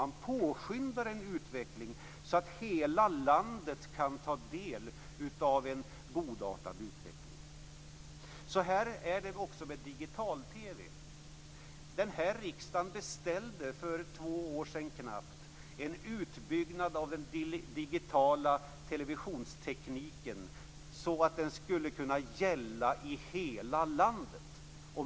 Man påskyndar en utveckling så att hela landet kan ta del av en godartad utveckling. Så här är det också med digital-TV. Den här riksdagen beställde för knappt två år sedan en utbyggnad av den digitala televisionstekniken så att den skulle kunna gälla i hela landet.